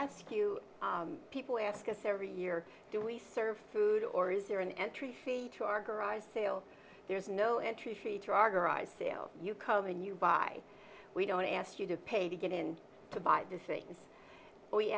ask you people ask us every year do we serve food or is there an entry fee to our garage sale there's no entry fee to our garage sale you come in you buy we don't ask you to pay to get in to buy this thing we